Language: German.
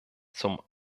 zum